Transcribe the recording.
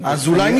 אז אולי,